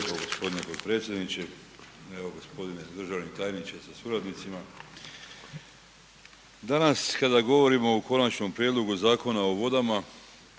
Hvala